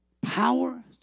power